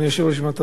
אם אתה מרשה לי,